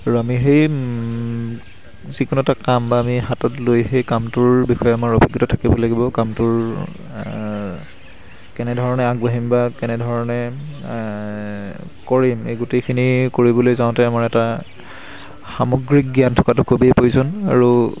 আৰু আমি সেই যিকোনো এটা কাম বা আমি হাতত লৈ সেই কামটোৰ বিষয়ে আমাৰ অভিজ্ঞতা থাকিব লাগিব কামটোৰ কেনেধৰণে আগবাঢ়িম বা কেনেধৰণে কৰিম এই গোটেইখিনি কৰিবলৈ যাওঁতে আমাৰ এটা সামগ্ৰিক জ্ঞান থকাটো খুবেই প্ৰয়োজন আৰু